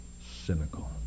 Cynical